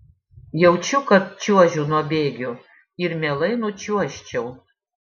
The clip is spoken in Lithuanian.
jaučiu kad čiuožiu nuo bėgių ir mielai nučiuožčiau